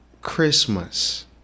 Christmas